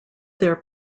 their